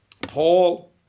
Paul